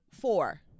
four